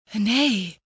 Nay